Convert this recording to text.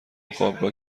خوابگاه